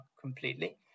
completely